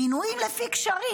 מינויים לפי קשרים.